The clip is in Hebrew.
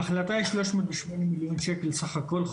בהחלטה יש שלוש מאות ושמונה מיליון שקל בסך הכל,